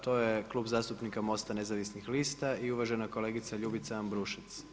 To je klub zastupnika MOST-a nezavisnih lista i uvažena kolegica Ljubica Ambrušec.